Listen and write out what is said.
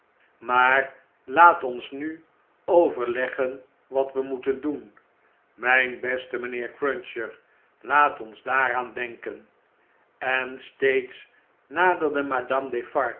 maar laat ons nuoverleggen wat we doen moeten mp beste mpheer cruncher laat ons daaraan denken en steeds naderde